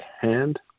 hand